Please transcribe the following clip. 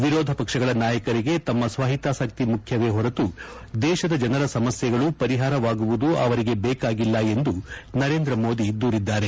ವಿರೋಧ ಪಕ್ಷಗಳ ನಾಯಕರಿಗೆ ತಮ್ಮ ಸ್ವಾಹಿತಾಸಕ್ತಿ ಮುಖ್ಯವೇ ಹೊರತು ದೇಶದ ಜನರ ಸಮಸ್ಕೆಗಳು ಪರಿಹಾರವಾಗುವುದು ಅವರಿಗೆ ಬೇಕಾಗಿಲ್ಲ ಎಂದು ನರೇಂದ್ರ ಮೋದಿ ದೂರಿದ್ದಾರೆ